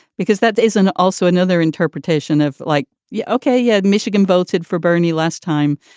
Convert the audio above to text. because that is an also another interpretation of like. yeah, ok. yeah. michigan voted for bernie last time,